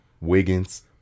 Wiggins